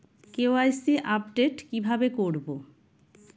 KYC update কি ভাবে করবো?